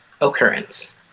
occurrence